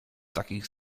takich